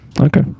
okay